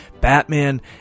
Batman